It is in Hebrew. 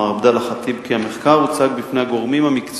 בבקשה.